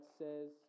says